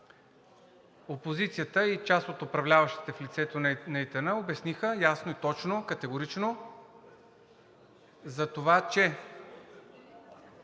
Опозицията и част от управляващите в лицето на ИТН обясниха ясно, точно и категорично, че